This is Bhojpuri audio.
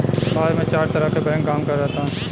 भारत में चार तरह के बैंक काम करऽता